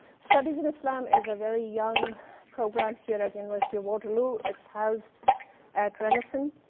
studies in islam is a very young program here at university of waterloo. it's housed at renison.